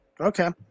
Okay